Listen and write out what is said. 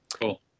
cool